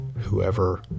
whoever